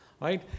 right